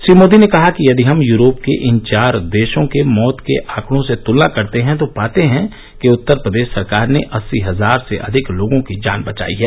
श्री मोदी ने कहा कि यदि हम यूरोप के इन चार देशों के मौत के आंकडों से तुलना करते हैं तो पाते हैं कि उत्तर प्रदेश सरकार ने अस्सी हजार से अधिक लोगों की जान बचाई है